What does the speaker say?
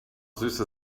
süße